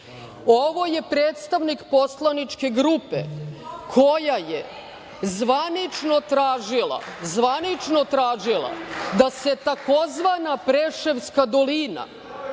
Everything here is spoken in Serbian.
Ovo je predstavnik poslaničke grupe koja je zvanično tražila da se tzv. Preševska dolina